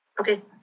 Okay